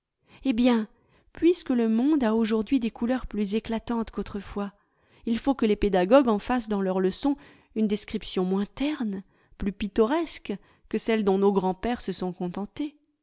eh bien puisque le monde a aujourd'hui des couleurs plus éclatantes qu'autrefois il faut que les pédagogues en fassent dans leurs leçons une descriptions moins terne plus pittoresque que celle dont nos grands-pères se sont contentés